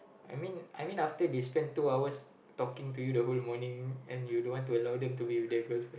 I mean I mean after they spent two hours talking to you the whole morning and you don't want to allow them to be your their girlfriend